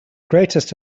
greatest